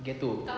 ghetto